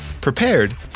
prepared